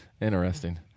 interesting